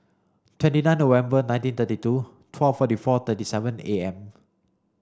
twenty nine November nineteen thirty two twelve forty four thirty seven A M